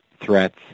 threats